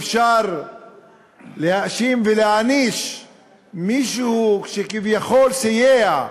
שאפשר להאשים ולהעניש מישהו שכביכול סייע,